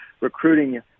recruiting